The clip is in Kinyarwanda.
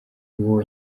uwo